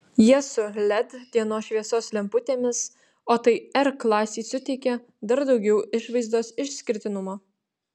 jie su led dienos šviesos lemputėmis o tai r klasei suteikia dar daugiau išvaizdos išskirtinumo